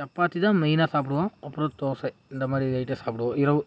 சப்பாத்திதான் மெயினாக சாப்பிடுவோம் அப்புறம் தோசை இந்த மாதிரி ஐட்டம் சாப்பிடுவோம் இரவு